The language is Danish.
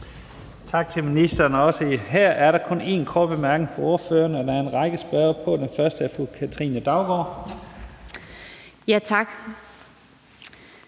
Tak til ministeren. Her er der også kun en kort bemærkning til ordføreren, og der er en række spørgere. Den første er fru Katrine Daugaard. Kl.